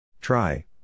Try